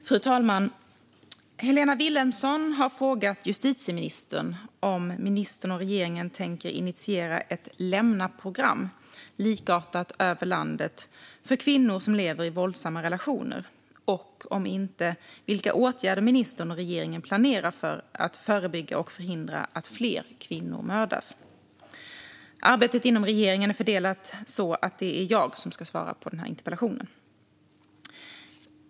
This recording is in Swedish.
Fru talman! Helena Vilhelmsson har frågat justitieministern om ministern och regeringen tänker initiera ett lämnaprogram, likartat över landet, för kvinnor som lever i våldsamma relationer och om inte vilka åtgärder ministern och regeringen planerar för att förebygga och förhindra att fler kvinnor mördas. Arbetet inom regeringen är så fördelat att det är jag som ska svara på interpellationen.